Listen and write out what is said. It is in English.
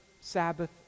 Sabbath